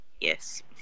yes